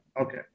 Okay